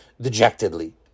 dejectedly